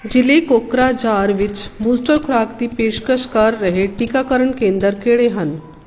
ਜ਼ਿਲ੍ਹੇ ਕੋਕਰਾਝਾਰ ਵਿੱਚ ਬੂਸਟਰ ਖੁਰਾਕ ਦੀ ਪੇਸ਼ਕਸ਼ ਕਰ ਰਹੇ ਟੀਕਾਕਰਨ ਕੇਂਦਰ ਕਿਹੜੇ ਹਨ